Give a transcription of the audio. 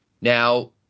now